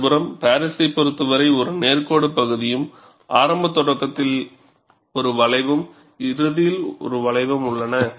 மறுபுறம் பாரிஸைப் பொறுத்தவரை ஒரு நேர் கோடு பகுதியும் ஆரம்ப தொடக்கத்தில் ஒரு வளைவும் இறுதியில் ஒரு வளைவும் உள்ளன